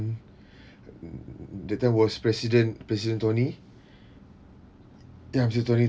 that time was president president tony ya president tony